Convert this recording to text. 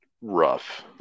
rough